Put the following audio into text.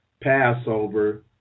Passover